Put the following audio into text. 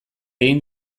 egin